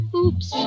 oops